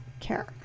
care